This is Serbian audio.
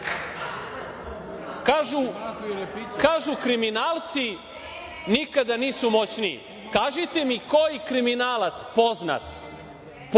– kriminalci nikada nisu moćniji. Kažite mi koji kriminal poznat,